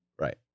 Right